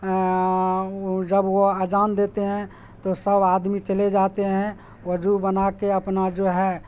جب وہ اذان دیتے ہیں تو سب آدمی چلے جاتے ہیں وضو بنا کے اپنا جو ہے